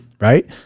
right